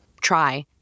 try